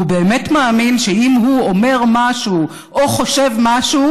הוא באמת מאמין שאם הוא אומר משהו או חושב משהו,